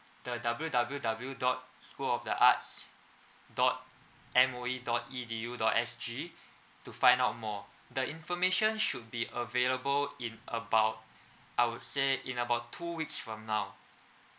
the W W W dot school of the arts dot M_O_E dot E_D_U dot S_G to find out more the information should be available in about I would say in about two weeks from now